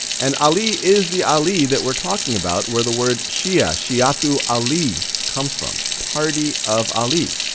and ali is the ali that we're talking about where the word shia, shi'atu ali comes from, party of ali.